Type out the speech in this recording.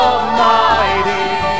Almighty